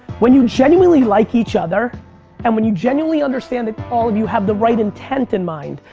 when you genuinely like each other and when you genuinely understand that all of you have the right intent in mind,